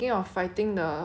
想了一下 right